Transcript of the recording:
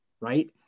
right